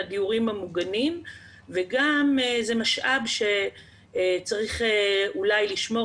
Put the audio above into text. לדיורים המוגנים וגם זה משאב שצריך אולי לשמור